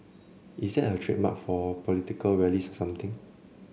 is that her trademark for political rallies or something